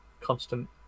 constant